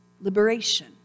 liberation